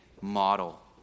model